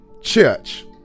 Church